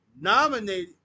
nominated